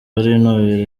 barinubira